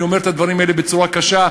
אני אומר את הדברים האלה בצורה קשה,